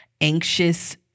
anxious